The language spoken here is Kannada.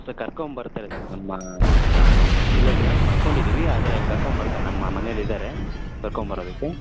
ಸರ್ ಕರ್ಕೊಂಡ್ಬರ್ತಾರೆ ಸರ್ ನಮ್ಮ ಇಲ್ಲ ಸರ್ ಮಲ್ಕೊಂಡಿದ್ದೀವಿ ಆದರೆ ಕರ್ಕೊಂಬರ್ತಾರೆ ನಮ್ಮ ಮನೇಲಿದ್ದಾರೆ ಕರ್ಕೊಂಬರೋದಕ್ಕೆ